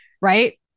Right